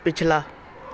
ਪਿਛਲਾ